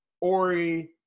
Ori